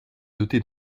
doté